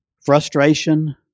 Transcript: frustration